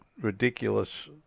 ridiculous